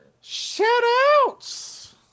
Shout-outs